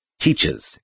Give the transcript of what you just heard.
teaches